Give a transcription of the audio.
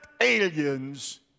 aliens